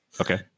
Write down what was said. Okay